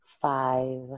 five